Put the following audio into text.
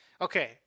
Okay